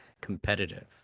competitive